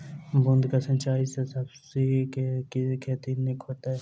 बूंद कऽ सिंचाई सँ सब्जी केँ के खेती नीक हेतइ?